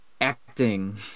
Acting